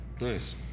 Nice